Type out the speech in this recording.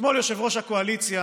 אתמול יושב-ראש הקואליציה